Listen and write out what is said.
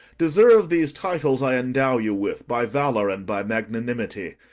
deserve these titles i endow you with by valour and by magnanimity.